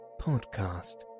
podcast